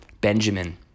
Benjamin